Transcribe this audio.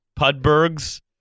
pudberg's